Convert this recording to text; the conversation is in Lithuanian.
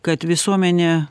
kad visuomenė